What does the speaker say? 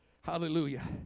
Hallelujah